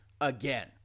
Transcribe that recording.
again